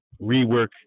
rework